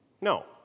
No